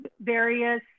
various